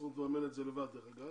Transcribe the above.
שהסוכנות תממן את זה לבד, דרך אגב,